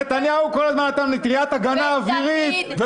נתניהו נתן מטריית הגנה אווירית,